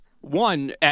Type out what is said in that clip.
One